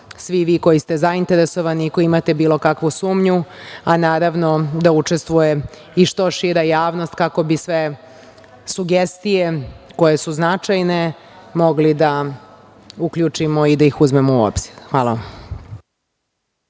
svi vi koji ste zainteresovani, i koji imate bilo kakvu sumnju, a naravno da učestvuje i što šira javnost, kako bi sve sugestije koje su značajne, mogli da uključimo i uzmemo u obzir. Hvala vam.